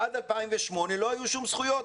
עד 2008 לא היו שום זכויות.